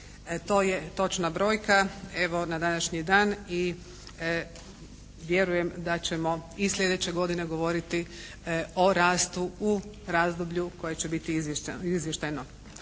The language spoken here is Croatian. to je točna brojka evo, na današnji dan i vjerujem da ćemo i sljedeće godine govoriti o rastu u razdoblju koje će biti izvještajno.